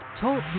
Talk